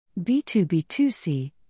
B2B2C